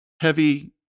heavy